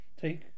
take